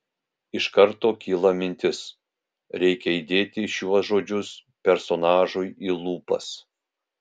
iš karto kyla mintis reikia įdėti šiuos žodžius personažui į lūpas